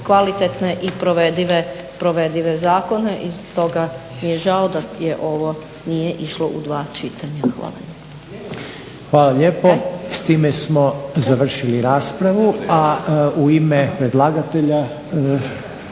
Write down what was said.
i provedive zakone i zbog toga mi je žao da ovo nije išlo u dva čitanja. Hvala. **Reiner, Željko (HDZ)** Hvala lijepo. S time smo završili raspravu. A u ime predlagatelja